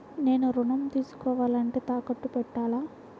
నేను ఋణం తీసుకోవాలంటే తాకట్టు పెట్టాలా?